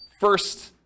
first